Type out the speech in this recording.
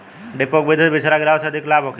डेपोक विधि से बिचरा गिरावे से अधिक लाभ होखे?